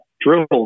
drills